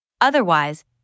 Otherwise